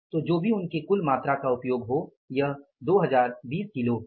तो जो भी उनके कुल मात्रा का उपयोग हो यह 2020 किलो है